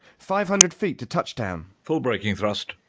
five hundred feet to touchdown. full braking thrust!